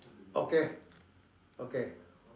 okay okay